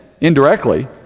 indirectly